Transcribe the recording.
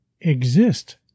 exist